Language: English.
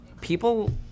people